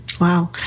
Wow